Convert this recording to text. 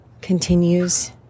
continues